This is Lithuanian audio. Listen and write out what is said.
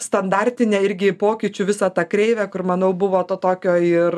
standartinę irgi pokyčių visą tą kreivę kur manau buvo to tokio ir